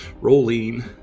Rolling